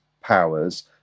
powers